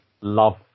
love